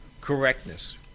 correctness